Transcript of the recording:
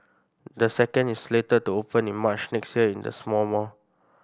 the second is slated to open in March next year in the same mall